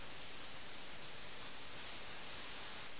അതിനാൽ ഒരു തടവുകാരൻ എന്ന ആശയം എടുക്കാൻ ഞാൻ ആഗ്രഹിക്കുന്നു